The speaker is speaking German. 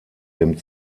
dem